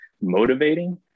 motivating